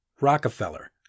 Rockefeller